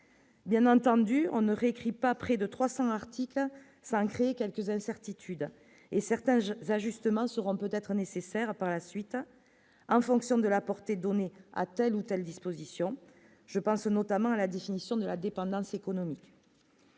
bien entendu on ne réécrit pas près de 300 articles Saint-Cricq quelques incertitudes et certains jeux ajustements seront peut-être nécessaires par la suite, en fonction de la portée : donner à telle ou telle disposition, je pense notamment à la définition de la dépendance économique